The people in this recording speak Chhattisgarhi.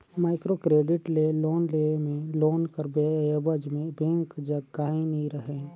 माइक्रो क्रेडिट ले लोन लेय में लोन कर एबज में बेंक जग काहीं नी रहें